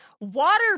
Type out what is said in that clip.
Water